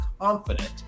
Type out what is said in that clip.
confident